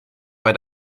bei